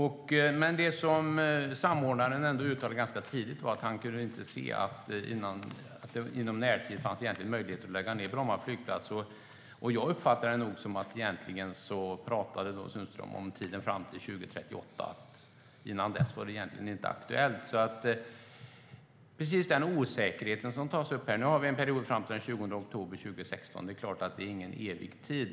Det som samordnaren uttalade ganska tidigt var att han inte kunde se att det i närtid finns möjlighet att lägga ned Bromma flygplats. Jag uppfattade det då som att Sundström pratade om tiden fram till 2038 och att innan dess är det egentligen inte aktuellt. Nu har vi en period fram till den 20 oktober 2016, och det är klart att det inte är en evig tid.